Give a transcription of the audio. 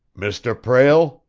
mr. prale?